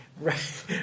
right